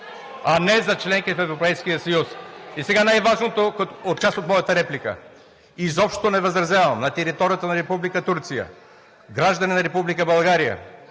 а не за членки на Европейския съюз. И сега най-важната част от моята реплика: изобщо не възразявам на територията на Република Турция граждани на Република България